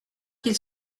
qu’il